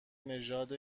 نژاد